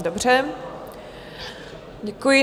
Dobře, děkuji.